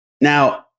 now